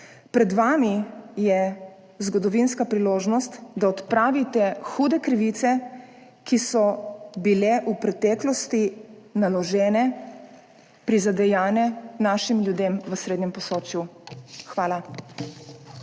Pred vami je zgodovinska priložnost, da odpravite hude krivice, ki so bile v preteklosti naložene, prizadejane našim ljudem v srednjem Posočju. Hvala.